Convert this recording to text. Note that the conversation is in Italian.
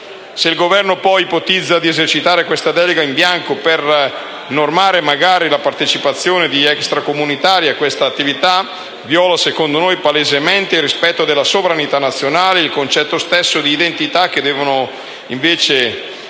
Se il Governo poi ipotizza di esercitare questa delega in bianco per normare magari la partecipazione di extracomunitari a questa comunità, esso viola secondo noi palesemente il rispetto della sovranità nazionale e il concetto stesso di identità che devono invece